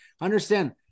understand